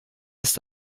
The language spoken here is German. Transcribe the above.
ist